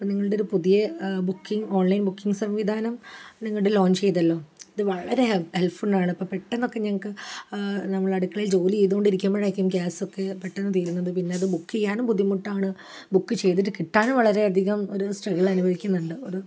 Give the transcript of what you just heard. ഇപ്പം നിങ്ങളുടെ ഒരു പുതിയ ബുക്കിംഗ് ഓൺലൈൻ ബുക്കിംഗ് സംവിധാനം നിങ്ങളുടെ ലോഞ്ച് ചെയ്തല്ലോ അത് വളരെ ഹെല്പ് ഹെൽപ്ഫുള്ളാണ് ഇപ്പം പെട്ടെന്നൊക്കെ ഞങ്ങൾക്ക് നമ്മൾ അടുക്കളയിൽ ജോലി ചെയ്തുകൊണ്ടിരിക്കുമ്പോഴായിരിക്കും ഗ്യാസൊക്കെ പെട്ടെന്ന് തീരുന്നത് പിന്നെ അത് ബുക്ക് ചെയ്യാനും ബുദ്ധിമുട്ടാണ് ബുക്ക് ചെയ്തിട്ട് കിട്ടാനും വളരെയധികം ഒരു സ്ട്രഗിൾ അനുഭവിക്കുന്നുണ്ട് ഒരു